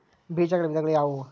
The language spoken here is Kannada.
ಬೇಜಗಳ ವಿಧಗಳು ಯಾವುವು?